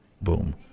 boom